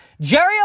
Jerry